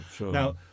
Now